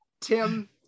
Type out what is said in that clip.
Tim